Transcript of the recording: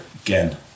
again